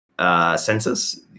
Census